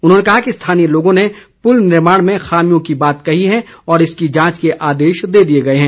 उन्होंने कहा कि स्थानीय लोगों ने पुल निर्माण में खामियों की बात कही है और इसकी जांच के आदेश दे दिए गए हैं